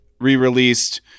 re-released